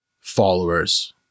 followers